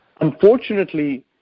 Unfortunately